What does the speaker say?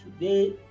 today